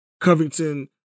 Covington